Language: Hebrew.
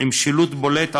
עם שילוט בולט,